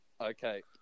Okay